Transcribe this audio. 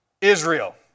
Israel